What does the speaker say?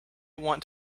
want